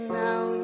now